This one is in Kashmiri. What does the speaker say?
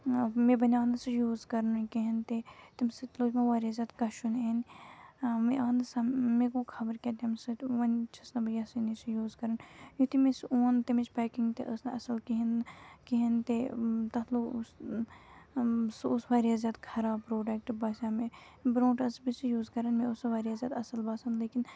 مےٚ بَنیٛاو نہٕ سُہ یوٗز کَرنُے کِہیٖنۍ تہِ تمہِ سۭتۍ لٔج مےٚ واریاہ زیادٕ کَشُن یِنہِ مےٚ آو نہٕ سَم مےٚ گوٚو خبر کیٛاہ تَمہِ سۭتۍ وۄنۍ چھَس نہٕ یَژھٲنی سُہ یوٗز کَرُن یُتھُے مےٚ سُہ اون تیٚمِچ پیکِنٛگ تہِ ٲس نہٕ اَصٕل کِہیٖنۍ کِہیٖنۍ تہِ تَتھ نہ اوس سُہ اوس واریاہ زیادٕ خراب پرٛوڈَکٹ باسیٛاو مےٚ برونٛٹھ ٲسٕس بہٕ سُہ یوٗز کَران مےٚ اوس سُہ واریاہ زیادٕ اَصٕل باسان لیکِن